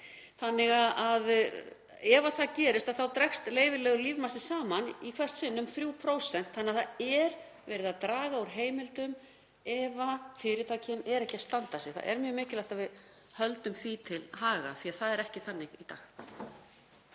mánaða. Ef það gerist þá dregst leyfilegur lífmassi saman í hvert sinn um 3%. Þannig að það er verið að draga úr heimildum ef fyrirtækin eru ekki að standa sig. Það er mjög mikilvægt að við höldum því til haga því að það er ekki þannig í dag.